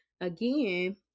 Again